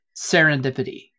serendipity